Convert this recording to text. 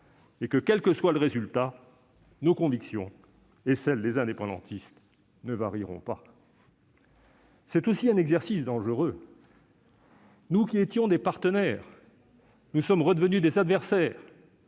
et que, quel que soit le résultat, nos convictions et celles des indépendantistes ne varieront pas. C'est aussi un exercice dangereux. Nous qui étions des partenaires, nous sommes redevenus des adversaires,